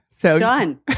Done